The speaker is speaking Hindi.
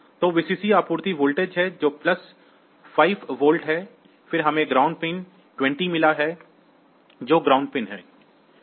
तो Vcc आपूर्ति वोल्टेज है जो प्लस 5 वोल्ट है फिर हमें ग्राउंड पिन 20 मिला है जो ग्राउंड पिन है